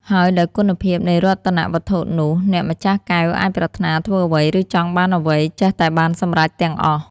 ហើយដោយគុណភាពនៃរតនវត្ថុនោះ អ្នកម្ចាស់កែវអាចប្រាថ្នាធ្វើអ្វីឬចង់បានអ្វី ចេះតែបានសម្រេចទាំងអស់។